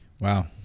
Wow